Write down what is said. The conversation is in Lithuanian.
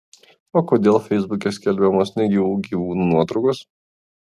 o kodėl feisbuke skelbiamos negyvų gyvūnų nuotraukos